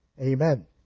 Amen